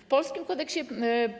W polskim Kodeksie